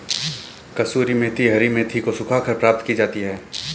कसूरी मेथी हरी मेथी को सुखाकर प्राप्त की जाती है